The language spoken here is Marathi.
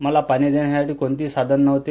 मला पाणी घेण्यासाठी कोणतेही साधन नव्हते